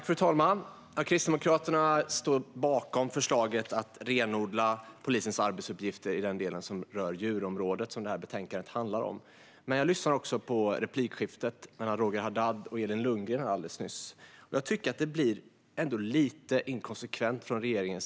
Fru talman! Kristdemokraterna står bakom förslaget att renodla polisens arbetsuppgifter i den del som rör djurområdet, som betänkandet handlar om. Jag lyssnade på replikskiftet alldeles nyss mellan Roger Haddad och Elin Lundgren. Jag tycker att det blir lite inkonsekvent från regeringen.